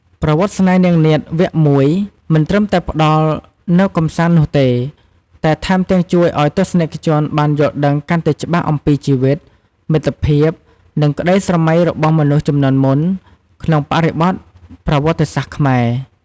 ប្រវត្តិស្នេហ៍នាងនាថ វគ្គ ១ មិនត្រឹមតែផ្តល់នូវកម្សាន្តនោះទេ តែថែមទាំងជួយឱ្យទស្សនិកជនបានយល់ដឹងកាន់តែច្បាស់អំពីជីវិត មិត្តភាព និងក្តីស្រមៃរបស់មនុស្សជំនាន់មុន ក្នុងបរិបទប្រវត្តិសាស្ត្រខ្មែរ។